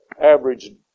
average